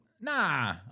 Nah